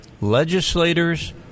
legislators